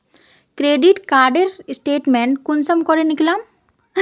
Credit कार्डेर statement कुंसम करे निकलाम?